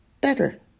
better